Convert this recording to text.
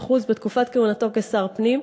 ב-50% בתקופת כהונתו כשר הפנים.